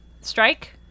strike